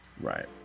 Right